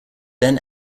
then